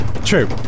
True